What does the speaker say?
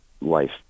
life